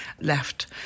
left